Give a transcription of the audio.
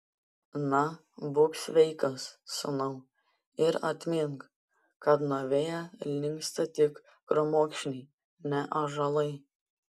na būk sveikas sūnau ir atmink kad nuo vėjo linksta tik krūmokšniai ne ąžuolai